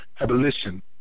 Abolition